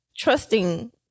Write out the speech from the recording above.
Trusting